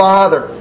Father